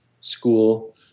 school